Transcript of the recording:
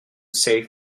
save